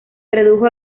redujo